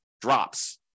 drops